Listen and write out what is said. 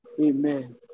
amen